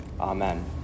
Amen